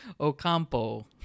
Ocampo